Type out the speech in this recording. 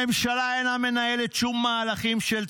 הממשלה אינה מנהלת שום מהלכים של צמיחה,